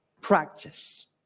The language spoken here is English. practice